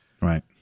Right